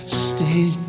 stay